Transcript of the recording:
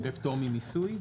פטור ממיסוי.